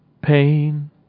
pain